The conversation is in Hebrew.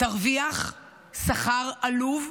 תרוויח שכר עלוב,